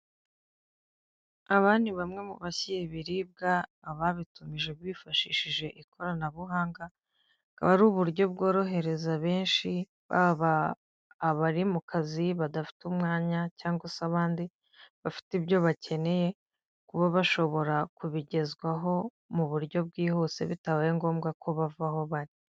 Aba ni bamwe mubashyira ibibiribwa ababitumije bifashishije ikoranabuhanga akaba ari uburyo bworohereza benshi abari mu kazi badafite umwanya cyangwa se abandi bafite ibyo bakeneye kuba bashobora kubigezwaho mu buryo bwihuse bitabaye ngombwa ko bava aho bari.